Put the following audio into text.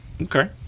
okay